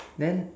then